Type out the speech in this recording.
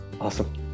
Awesome